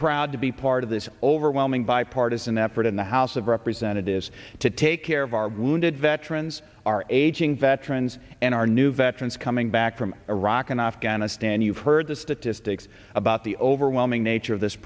proud to be part of this overwhelming bipartisan effort in the house of representatives to take care of our wounded veterans our aging veterans and our new veterans coming back from iraq and afghanistan you've heard the statistics about the overwhelming nature of this